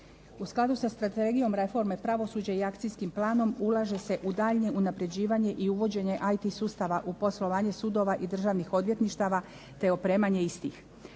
U skladu sa strategijom reforme pravosuđa i akcijskim planom ulaže se u daljnje unapređivanje i uvođenje IT sustava u poslovanje sudova i državnih odvjetništava te opremanje istih,